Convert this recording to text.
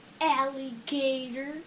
Alligator